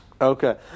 Okay